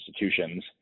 institutions